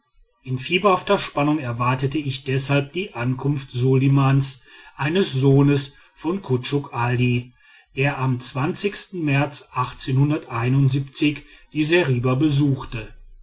in fieberhafter spannung erwartete ich deshalb die ankunft solimans eines sohnes von kutschuk ali der am märz die seriba besuchte